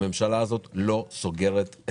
הממשלה הזאת לא סוגרת את המדינה.